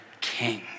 king